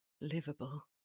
livable